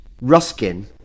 ruskin